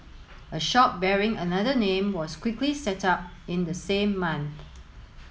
a shop bearing another name was quickly set up in the same month